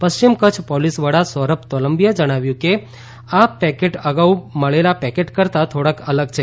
પશ્ચિમ કચ્છ પોલીસ વડા સૌરભ તોલંબિયાએ જણાવ્યું કે આ પેકેટ્સ અગાઉ મળેલાં પેકેટ્સ કરતાં થોડાંક અલગ છે